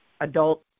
adult